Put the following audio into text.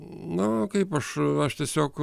na kaip aš aš tiesiog